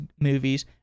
movies